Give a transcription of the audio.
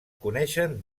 coneixen